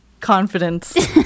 confidence